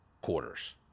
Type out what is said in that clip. quarters